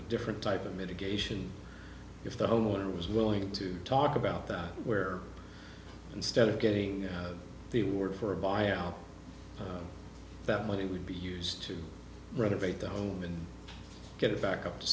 a different type of mitigation if the homeowner was willing to talk about that where instead of getting the work for by all that money would be used to renovate the home and get it back up to